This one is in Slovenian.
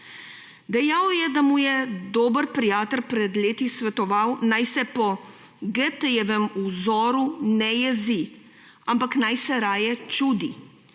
Dejal je, da mu je dober prijatelj pred leti svetoval, naj se po Goethejevem vzoru ne jezi, ampak naj se raje čudi.